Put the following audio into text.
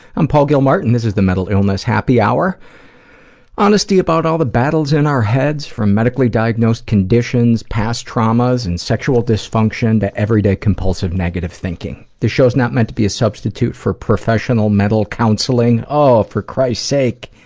i'm paul gilmartin. this is the mental illness happy hour honesty about all the battles in our heads, from medically diagnosed conditions, past traumas, and sexual dysfunction to everyday compulsive, negative thinking. this show's not meant to be a substitute for professional mental counseling. oh, for christ's sake!